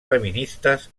feministes